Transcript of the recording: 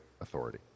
authority